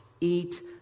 eat